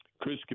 Chris